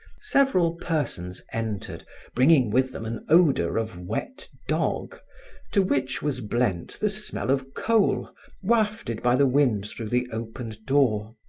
several persons entered bringing with them an odor of wet dog to which was blent the smell of coal wafted by the wind through the opened door.